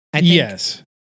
Yes